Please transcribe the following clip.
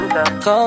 Call